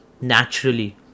Naturally